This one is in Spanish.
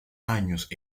años